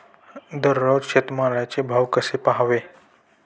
दररोज शेतमालाचे भाव कसे पहावे?